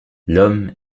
l’homme